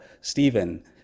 Stephen